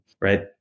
right